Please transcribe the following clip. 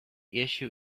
issue